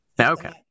Okay